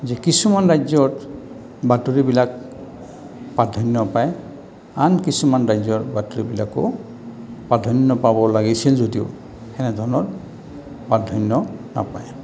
যে কিছুমান ৰাজ্যত বাতৰিবিলাক প্ৰাধান্য পায় আন কিছুমান ৰাজ্যৰ বাতৰিবিলাকো প্ৰাধান্য পাব লাগিছিল যদিও সেনেধৰণৰ প্ৰাধান্য নাপায়